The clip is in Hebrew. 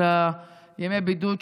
של ימי הבידוד,